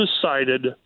decided